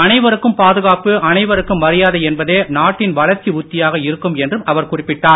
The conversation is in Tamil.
அனைவருக்கும் பாதுகாப்பு அனைவருக்கும் மரியாதை என்பதே நாட்டின் வளர்ச்சி உத்தியாக இருக்கும் என்றும் அவர் குறிப்பிட்டார்